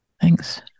Thanks